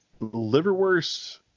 Liverwurst